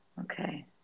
Okay